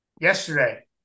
Yesterday